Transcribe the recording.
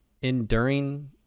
enduring